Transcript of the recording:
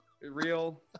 Real